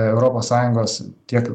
europos sąjungos tiek